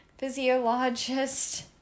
physiologist